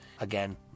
again